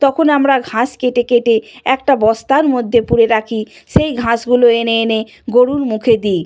তখন আমরা ঘাস কেটে কেটে একটা বস্তার মধ্যে পুড়ে রাখি সেই ঘাসগুলো এনে এনে গরুর মুখে দিই